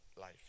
life